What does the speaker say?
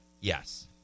yes